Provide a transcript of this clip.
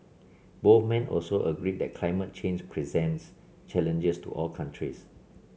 both men also agreed that climate change presents challenges to all countries